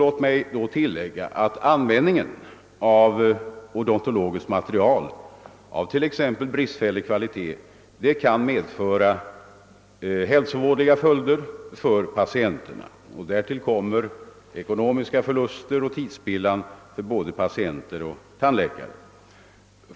Låt mig tillägga att användningen av odontologiskt material av bristfällig kvalitet kan få hälsovådliga följder för patienterna. Därtill kommer ekonomiska förluster och tidsspillan för både patienter och tandläkare.